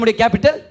capital